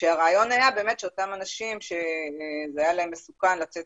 הרעיון היה שאותם אנשים שזה היה להם מסוכן לצאת